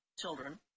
children